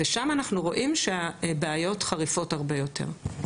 ושם אנחנו רואים שהבעיות חריפות הרבה יותר.